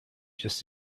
just